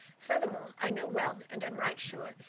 furthermore i know well, and am right sure,